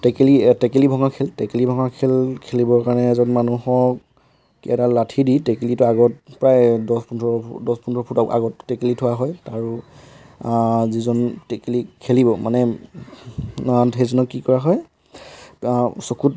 টেকেলি টেকেলি ভঙা খেল টেকেলি ভঙা খেল খেলিবৰ কাৰণে এজন মানুহক এডাল লাঠি দি টেকেলিটো আগত প্ৰায় দহ পোন্ধৰ ফুট দহ পোন্ধৰ ফুট আগত টেকেলি থোৱা হয় আৰু যিজন টেকেলি খেলিব মানে সেইজনক কি কৰা হয় চকুত